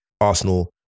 Arsenal